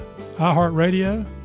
iHeartRadio